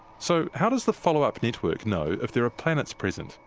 so, how does the follow-up network know if there are planets present?